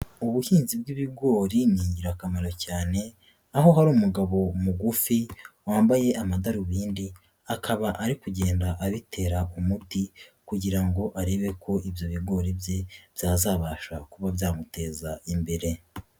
Ubuhinzi bw'ibigori ni ingirakamaro cyane, aho hari umugabo mugufi wambaye amadarubindi akaba ari kugenda abitera umuti kugira ngo arebe ko ibyo bigori bye byazabasha kuba byamuteza imbere.